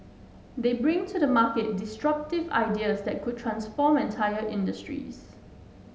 they bring to the market disruptive ideas that could transform entire industries